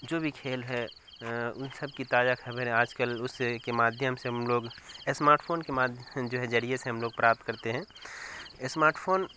جو بھی کھیل ہے ان سب کی تازہ خبریں آجکل اس کے مادھیم سے ہم لوگ اسمارٹ فون کے مادھیم جو ہے ذریعہ سے ہم لوگ پراپت کرتے ہیں اسمارٹ فون